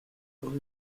rue